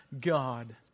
God